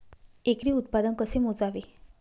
एकरी उत्पादन कसे मोजावे?